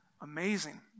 amazing